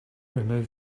removed